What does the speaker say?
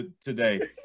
today